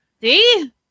See